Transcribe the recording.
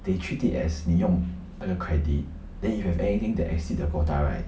they treat it as 你用那个 credit then you have anything that exceed the quota right